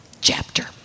chapter